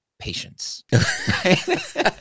patience